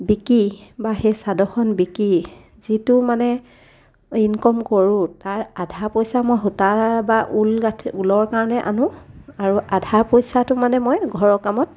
বিকি বা সেই চাদখন বিকি যিটো মানে ইনকম কৰোঁ তাৰ আধা পইচা মই সূতা বা ঊল গাঠি ঊলৰ কাৰণে আনো আৰু আধা পইচাটো মানে মই ঘৰৰ কামত